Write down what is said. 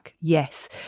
Yes